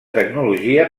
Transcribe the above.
tecnologia